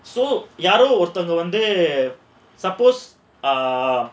so யாரோ ஒருதங்க வந்து:yaaro oruthanga vandhu suppose err